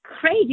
crazy